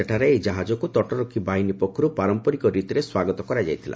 ସେଠାରେ ଏହି କାହାଜକୁ ତଟରକ୍ଷୀ ବାହିନୀ ପକ୍ଷରୁ ପାରମ୍ପରିକ ରୀତିରେ ସ୍ୱାଗତ କରାଯାଇଥିଲା